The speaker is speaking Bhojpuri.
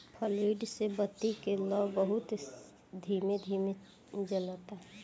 फ्लूइड से बत्ती के लौं बहुत ही धीमे धीमे जलता